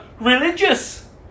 religious